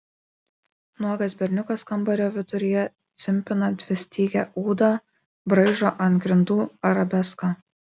nuogas berniukas kambario viduryje cimpina dvistygę ūdą braižo ant grindų arabeską